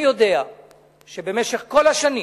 אני יודע שבמשך כל השנים